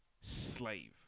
slave